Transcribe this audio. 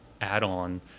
add-on